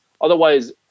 otherwise –